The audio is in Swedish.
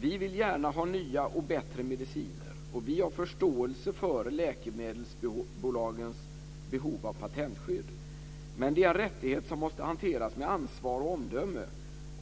Vi vill gärna ha nya och bättre mediciner, och vi har förståelse för läkemedelsbolagens behov av patentskydd. Men det är en rättighet som måste hanteras med ansvar och omdöme